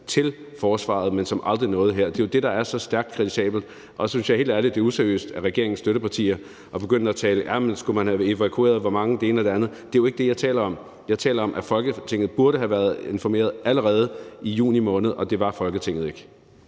til forsvaret, men som aldrig nåede herind. Det er jo det, der er så stærkt kritisabelt. Og jeg synes, helt ærligt, at det er useriøst af regeringens støttepartier at begynde at tale om, hvor mange man skulle have evakueret og det ene og det andet. Det er jo ikke det, jeg taler om. Jeg taler om, at Folketinget burde have været informeret allerede i juni måned, og det var Folketinget ikke.